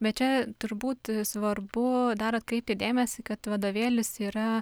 bet čia turbūt svarbu dar atkreipti dėmesį kad vadovėlis yra